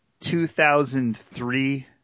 2003 –